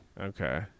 Okay